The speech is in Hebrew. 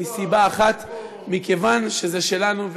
מסיבה אחת: מכיוון שזה שלנו.